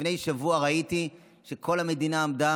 לפני שבוע ראיתי שכל המדינה עמדה